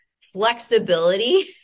flexibility